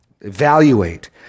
evaluate